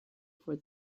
for